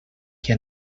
que